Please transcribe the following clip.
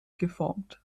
geformt